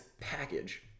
package